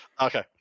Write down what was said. okay